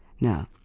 now,